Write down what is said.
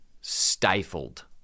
stifled